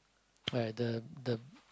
alright the the